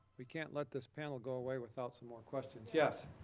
we can't let this panel go away without some more questions. yes?